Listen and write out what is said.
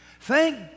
Thank